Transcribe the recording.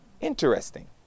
Interesting